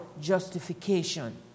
justification